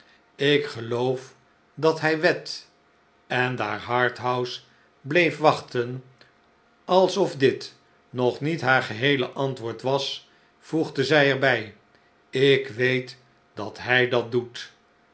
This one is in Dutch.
ik geloof dat hij wedt en daar harthouse bleef wachten alsof dit nog niet haar geheele antwoord was voegde zij er bij ik weet dat hij dat doet